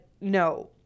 no